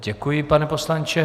Děkuji, pane poslanče.